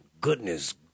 goodness